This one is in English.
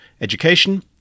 education